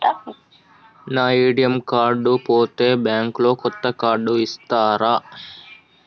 నా ATM card పోతే bank లో కొత్త కార్డు ఇస్తరా?